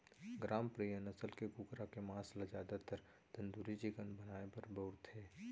ग्रामप्रिया नसल के कुकरा के मांस ल जादातर तंदूरी चिकन बनाए बर बउरथे